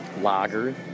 lager